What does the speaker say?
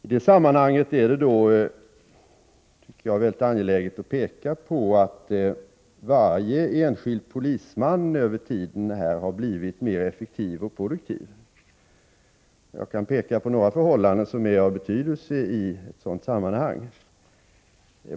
I det sammanhanget är det, tycker jag, angeläget att peka på att varje enskild polisman över tiden har blivit mer effektiv och produktiv. Jag kan visa på några förhållanden som är av betydelse i ett sådant sammanhang.